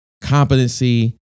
competency